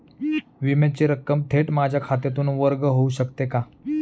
विम्याची रक्कम थेट माझ्या खात्यातून वर्ग होऊ शकते का?